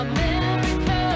America